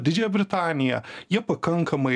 didžiąją britaniją jie pakankamai